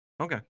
Okay